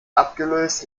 abgelöst